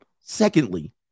secondly